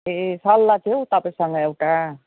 ए सल्लाह थियो हौ तपाईँसँग एउटा